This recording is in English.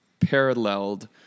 paralleled